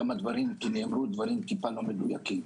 כי נאמרו דברים מעט לא מדויקים.